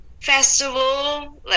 festival